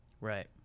Right